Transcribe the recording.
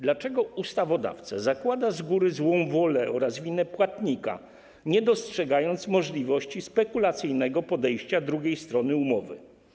Dlaczego ustawodawca zakłada z góry złą wolę oraz winę płatnika, nie dostrzegając możliwości spekulacyjnego podejścia drugiej strony umowy?